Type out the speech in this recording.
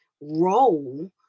role